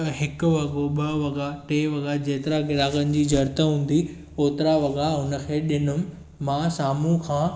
हिकु वॻो ॿ वॻा टे वॻा जेतिरा ग्राहकनि जी ज़रूरत हूंदी ओतिरा वॻा हुन खे ॾींदुमि मां साम्हूं खां